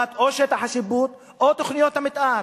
של שטח השיפוט או של תוכניות המיתאר,